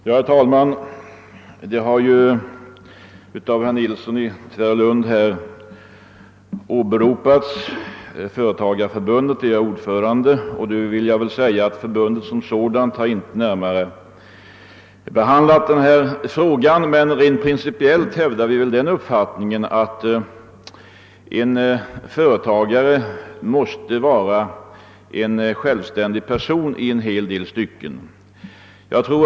Herr talman! Eftersom herr Nilsson i Tvärålund åberopade Svenska företagares riksförbund , där jag är ordförande, vill jag säga att förbundet som sådant inte har behandlat denna fråga närmare. Men rent principiellt hävdar vi den uppfattningen att en företagare i många stycken måste vara en självständig person.